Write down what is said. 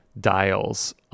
dials